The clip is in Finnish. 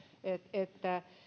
että